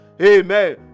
Amen